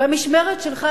במשמרת שלך,